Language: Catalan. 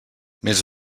més